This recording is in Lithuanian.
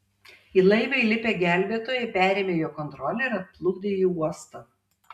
į laivą įlipę gelbėtojai perėmė jo kontrolę ir atplukdė į uostą